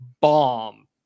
bomb